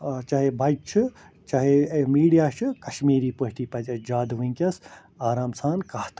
چاہے بچہِ چھُ چاہے میٖڈیا چھُ کشمیٖری پٲٹھی پَزِ اَسہِ زیادٕ وُنکٮ۪س آرام سان کتھ کَرٕنۍ